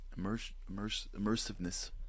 immersiveness